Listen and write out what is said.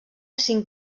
cinc